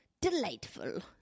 Delightful